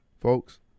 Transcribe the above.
folks